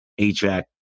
HVAC